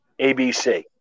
ABC